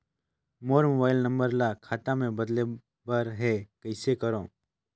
मोर mobile number ल खाता मे बदले बर हे कइसे करव?